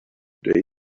day